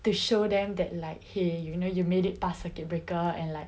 to show them that like !hey! you know you've made it past circuit breaker and like